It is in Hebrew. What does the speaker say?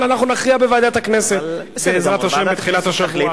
אבל אנחנו נכריע בוועדת הכנסת בעזרת השם בתחילת השבוע.